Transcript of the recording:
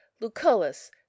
lucullus